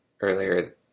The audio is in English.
earlier